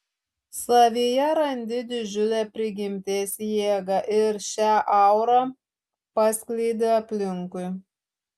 savyje randi didžiulę prigimties jėgą ir šią aurą paskleidi aplinkui